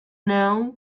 know